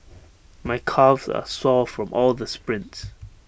my calves are sore from all the sprints